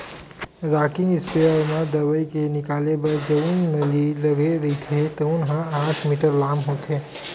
rocking sprayer म दवई के निकले बर जउन नली लगे रहिथे तउन ह आठ मीटर लाम होथे